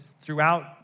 throughout